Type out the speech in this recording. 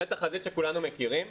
זו התחזית שכולנו מכירים,